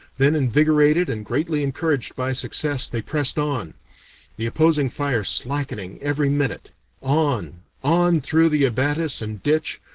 then, invigorated and greatly encouraged by success, they pressed on the opposing fire slackening every minute on, on, through the abatis and ditch,